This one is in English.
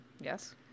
yes